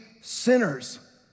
sinners